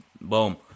Boom